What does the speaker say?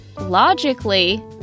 logically